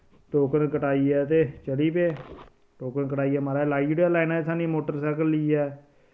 token कटाइयै ते चली पे टोकन कटाइयै माराज लाई ओड़ेआ लाइना सानूं मोटरसैकल लेइयै